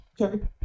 okay